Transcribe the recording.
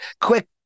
quick